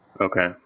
okay